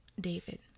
David